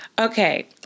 Okay